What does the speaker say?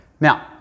Now